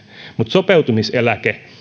mutta sopeutumiseläke